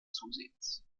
zusehends